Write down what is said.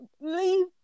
leave